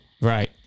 right